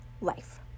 life